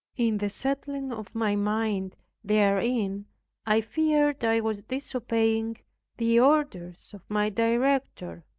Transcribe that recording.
in the settling of my mind therein i feared i was disobeying the orders of my director.